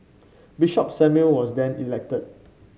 Bishop Samuel was then elected